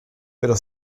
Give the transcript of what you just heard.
pero